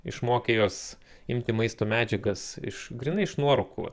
išmokė juos imti maisto medžiagas iš grynai iš nuorūkų